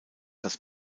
das